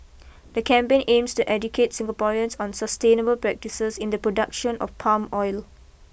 the campaign aims to educate Singaporeans on sustainable practices in the production of palm oil